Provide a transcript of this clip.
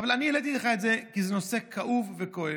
אבל אני העליתי לך את זה כי זה נושא כאוב וכואב.